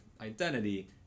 identity